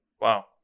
Wow